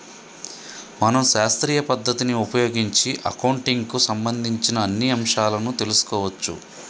మనం శాస్త్రీయ పద్ధతిని ఉపయోగించి అకౌంటింగ్ కు సంబంధించిన అన్ని అంశాలను తెలుసుకోవచ్చు